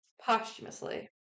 posthumously